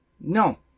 No